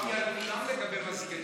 דיברתי על כולם לגבי מזגנים.